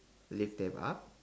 lift them up